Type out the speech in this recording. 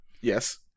Yes